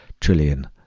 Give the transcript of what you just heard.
trillion